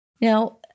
Now